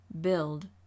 build